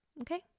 Okay